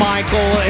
Michael